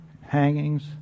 hangings